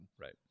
Right